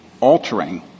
altering